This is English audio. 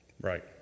Right